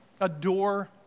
Adore